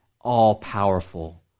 all-powerful